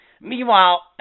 Meanwhile